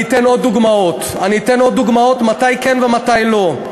אדוני השר, אני אתן עוד דוגמאות מתי כן ומתי לא.